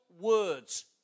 words